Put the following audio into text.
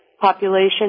population